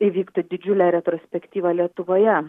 įvyktų didžiulė retrospektyva lietuvoje